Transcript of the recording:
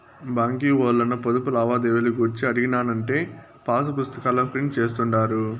బాంకీ ఓల్లను పొదుపు లావాదేవీలు గూర్చి అడిగినానంటే పాసుపుస్తాకాల ప్రింట్ జేస్తుండారు